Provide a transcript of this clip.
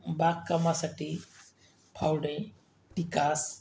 बागकामासाठी फावडे टिकास